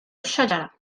الشجرة